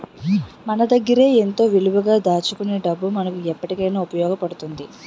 మన దగ్గరే ఎంతో విలువగా దాచుకునే డబ్బు మనకు ఎప్పటికైన ఉపయోగపడుతుంది